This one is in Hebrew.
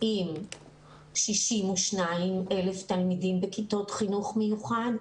עם 62,000 תלמידים בכיתות חינוך מיוחד,